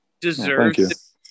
deserves